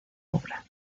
obra